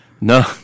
no